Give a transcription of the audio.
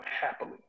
happily